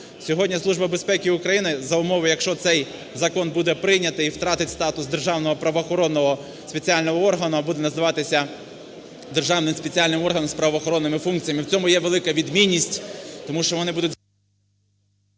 Сьогодні Служба безпеки України за умови, якщо цей закон буде прийнятий і втратить статус державного правоохоронного спеціального органу, буде називатися "державним спеціальним органом з правоохоронними функціями". В цьому є велика відмінність. Тому що вони будуть…